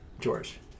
George